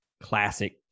classic